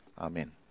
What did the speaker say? Amen